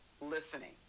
listening